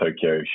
Tokyo